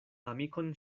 amikon